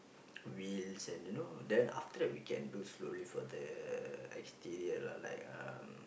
wheels and you know then after that we can do slowly for the exterior lah like um